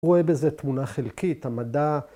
הוא ‫רואה בזה תמונה חלקית, ‫המדע